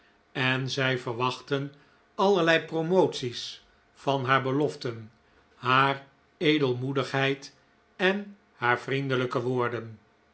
en zij verwachtten allerlei promoties van haar beloften haar edelmoedigheid en haar vriendelijke woorden